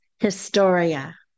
Historia